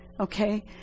Okay